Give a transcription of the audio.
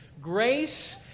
grace